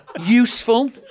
Useful